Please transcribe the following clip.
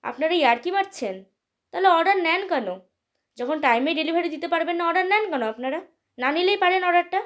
আপনারা ইয়ার্কি মারছেন তাহলে অর্ডার নেন কেন যখন টাইমেই ডেলিভারি দিতে পারবেন না অর্ডার নেন কেন আপনারা না নিলেই পারেন অর্ডার টা